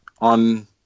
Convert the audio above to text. on